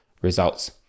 results